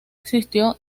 existió